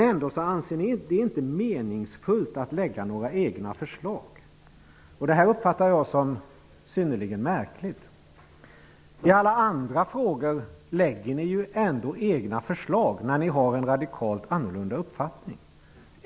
Ändå anser ni det inte meningsfullt att lägga fram några egna förslag. Det uppfattar jag som synnerligen märkligt. I alla andra frågor lägger ni ju ändå fram egna förslag när ni har en radikalt annorlunda uppfattning.